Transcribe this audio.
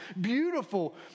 beautiful